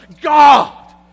God